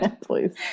please